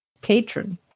patron